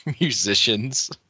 musicians